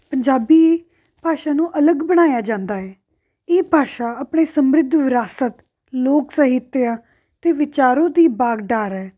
ਪੰਜਾਬੀ ਭਾਸ਼ਾ ਨੂੰ ਅਲੱਗ ਬਣਾਇਆ ਜਾਂਦਾ ਹੈ ਇਹ ਭਾਸ਼ਾ ਆਪਣੇ ਸਮਰਿਧ ਵਿਰਾਸਤ ਲੋਕ ਸਾਹਿਤਿਆ ਅਤੇ ਵਿਚਾਰੋ ਦੀ ਬਾਗਡੋਰ ਹੈ